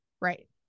right